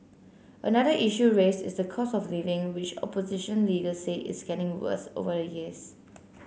another issue raised is the cost of living which opposition leader say is getting worse over the years